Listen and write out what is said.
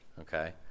Okay